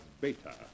Beta